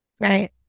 right